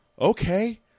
Okay